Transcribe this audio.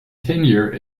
tenure